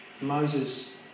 Moses